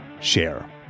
share